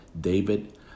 David